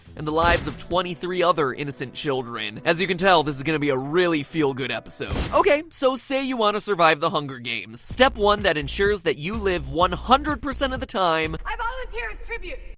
and the lives of twenty three other innocent children. as you can tell this is gonna be a really feel good episode. okay. so say you want to survive the hunger games, step one that ensures that you live one hundred percent of the time. katniss i volunteer as tribute.